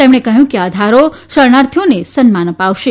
તેમણે કહ્યું કે આ ધારો શરણાર્થીઓને સન્માન અપાવશે